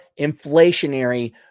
inflationary